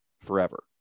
forever